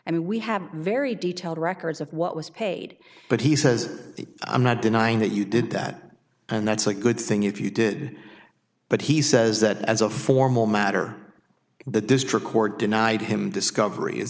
and we have very detailed records of what was paid but he says i'm not denying that you did that and that's a good thing if you did but he says that as a formal matter the district court denied him discover